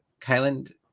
kylan